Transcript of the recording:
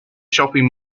shopping